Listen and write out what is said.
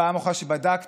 בפעם אחרונה שבדקתי,